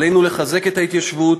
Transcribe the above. עלינו לחזק את ההתיישבות,